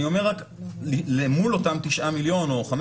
אני אומר רק שלמול אותם תשעה מיליון או 15